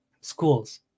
Schools